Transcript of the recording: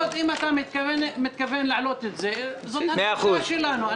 אם אתה מתכוון להעלות את זה זו הדרישה שלנו.